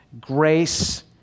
Grace